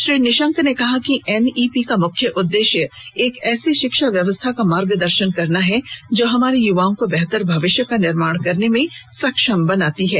श्री निशंक ने कहा कि एनईपी का मुख्य उद्देश्य एक ऐसी शिक्षा व्यवस्था का मार्गदर्शन करना है जो हमारे युवाओं को बेहतर भविष्य का निर्माण करने में सक्षम बनाती है